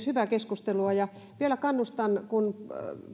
hyvää keskustelua ja vielä kannustan kun